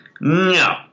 No